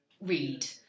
read